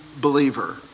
believer